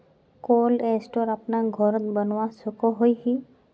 Cold store अपना घोरोत बनवा सकोहो ही?